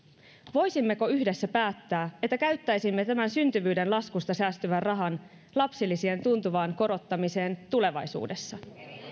voisimmeko yhdessä päättää että käyttäisimme tämän syntyvyyden laskusta säästyvän rahan lapsilisien tuntuvaan korottamiseen tulevaisuudessa